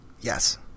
Yes